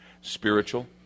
Spiritual